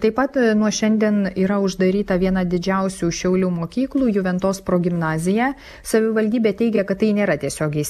taip pat nuo šiandien yra uždaryta viena didžiausių šiaulių mokyklų juventos progimnazija savivaldybė teigia kad tai nėra tiesiogiai